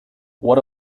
what